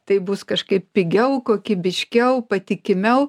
tai bus kažkaip pigiau kokybiškiau patikimiau